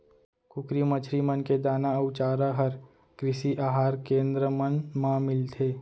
कुकरी, मछरी मन के दाना अउ चारा हर कृषि अहार केन्द्र मन मा मिलथे